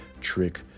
trick